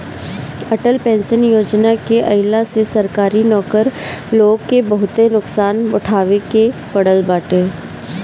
Atal pension योजना के आईला से सरकारी नौकर लोग के बहुते नुकसान उठावे के पड़ल बाटे